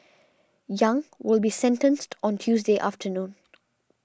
Yang will be sentenced on Tuesday afternoon